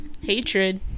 hatred